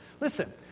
Listen